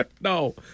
No